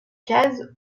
case